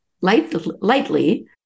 lightly